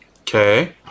Okay